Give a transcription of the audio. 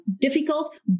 difficult